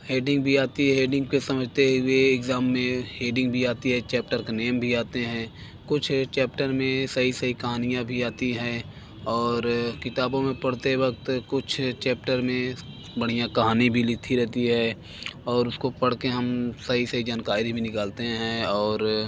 heading भी आती है हेडिंग को समझते हुए इक्ज़ाम में हेडिंग भी आती है चैप्टर का नेम भी आते हैं कुछ चैप्टर में सही सही कहानियाँ भी आती हैं और किताबों में पढ़ते वक़्त कुछ चैप्टर में बढ़िया कहानी भी लिखी रहती है और उसको पढ़ के हम सही सही जानकारी भी निकालते हैं और